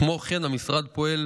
כמו כן, המשרד פועל